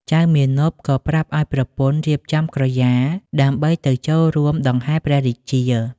ចៅមាណពក៏ប្រាប់ឱ្យប្រពន្ធរៀបចំក្រយាដើម្បីទៅចូលរួមដង្ហែព្រះរាជា។